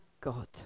God